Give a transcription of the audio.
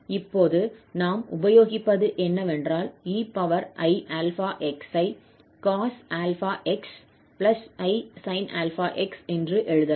இப்போது நாம் உபயோகிப்பது என்னவென்றால் 𝑒𝑖𝛼𝑥 ஐ cos 𝛼𝑥 𝑖 sin 𝛼𝑥 என்று எழுதலாம்